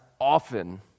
often